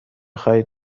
خواهید